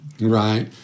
Right